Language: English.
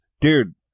Dude